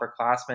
upperclassmen